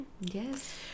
Yes